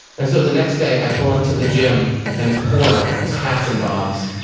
and so, the next day, i pull into the gym and it's pouring, it's cats and dogs,